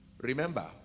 Remember